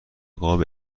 قاب